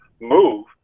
move